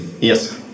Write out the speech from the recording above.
Yes